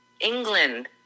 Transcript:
England